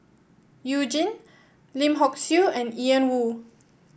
You Jin Lim Hock Siew and Ian Woo